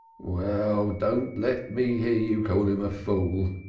well, don't let me hear you call him a fool.